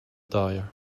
dyer